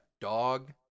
dog